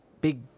big